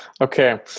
okay